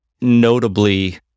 notably